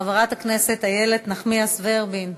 חברת הכנסת איילת נחמיאס ורבין,